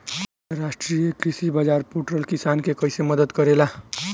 राष्ट्रीय कृषि बाजार पोर्टल किसान के कइसे मदद करेला?